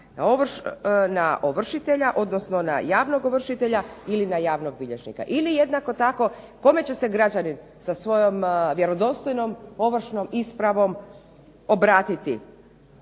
na ovršitelja odnosno na javnog ovršitelja ili na javnog bilježnika. Ili jednako tako, kome će se građani sa svojom vjerodostojnom ovršnom ispravom obratiti.